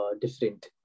different